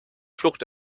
flucht